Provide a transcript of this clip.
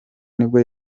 nibwo